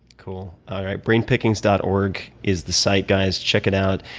cool. all right, brainpickings dot org is the site, guys. check it out.